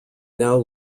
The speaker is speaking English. now